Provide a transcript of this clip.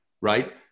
right